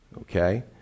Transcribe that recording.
Okay